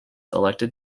elected